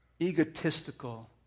egotistical